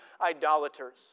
idolaters